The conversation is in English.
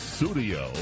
Studio